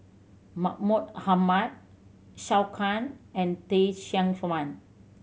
Mahmud Ahmad Zhou Can and Teh Cheang Wan